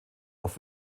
auf